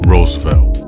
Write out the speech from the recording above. Roosevelt